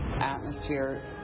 atmosphere